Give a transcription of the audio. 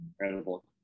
incredible